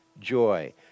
joy